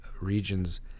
regions